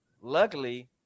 luckily